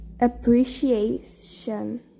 Appreciation